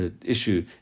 issue